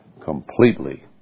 completely